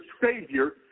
Savior